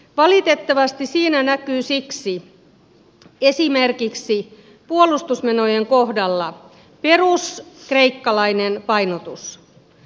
valitettavasti siinä näkyy siksi esimerkiksi puolustusmenojen kohdalla peruskreikkalainen painotus